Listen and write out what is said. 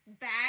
bag